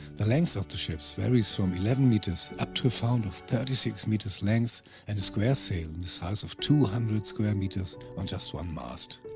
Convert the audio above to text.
the length of the ships varies from eleven meters up to a found of thirty six meters length and a square sail in the size of two hundred square meters on just one mast.